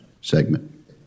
segment